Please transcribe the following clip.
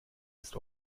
ist